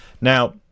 Now